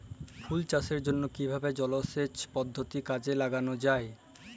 ফুল চাষের জন্য কিভাবে জলাসেচ পদ্ধতি কাজে লাগানো যাই?